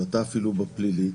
אתה אפילו בפלילי,